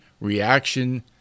reaction